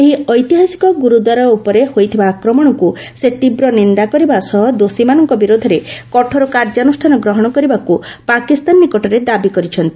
ଏହି ଐତିହାସିକ ଗୁରୁଦ୍ୱାର ଉପରେ ହୋଇଥିବା ଆକ୍ରମଣକୁ ସେ ତୀବ୍ର ନିନ୍ଦା କରିବା ସହ ଦୋଷୀମାନଙ୍କ ବିରୋଧରେ କଠୋର କାର୍ଯ୍ୟାନୁଷ୍ଠାନ ଗ୍ରହଣ କରିବାକୁ ପାକିସ୍ତାନ ନିକଟରେ ଦାବି କରିଛନ୍ତି